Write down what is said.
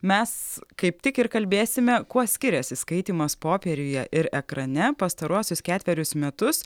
mes kaip tik ir kalbėsime kuo skiriasi skaitymas popieriuje ir ekrane pastaruosius ketverius metus